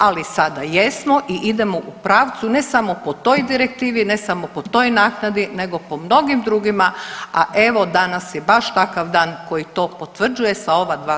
Ali sada jesmo i idemo u pravcu ne samo po toj direktivi, ne samo po toj naknadi nego po mnogim drugima, a evo danas je baš takav dan koji to potvrđuje sa ova dva zakona.